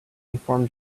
inform